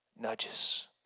nudges